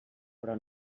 però